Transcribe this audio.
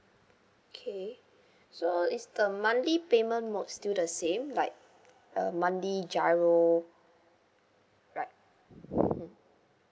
okay so is the monthly payment mode still the same like uh monthly GIRO right mm